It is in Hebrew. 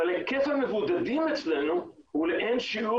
אבל היקף המבודדים אצלנו הוא לאין שיעור